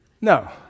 No